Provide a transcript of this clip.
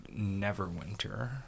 Neverwinter